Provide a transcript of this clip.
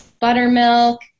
Buttermilk